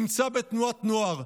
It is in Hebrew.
נמצא בתנועת נוער.